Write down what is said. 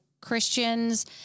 Christians